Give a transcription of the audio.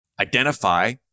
identify